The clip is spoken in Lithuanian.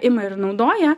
ima ir naudoja